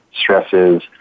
stresses